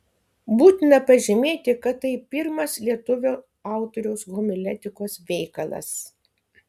būtina pažymėti kad tai pirmas lietuvio autoriaus homiletikos veikalas